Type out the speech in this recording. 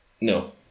no